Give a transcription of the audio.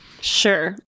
Sure